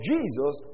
Jesus